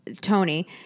Tony